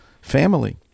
family